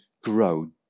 grow